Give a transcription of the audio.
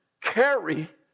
carry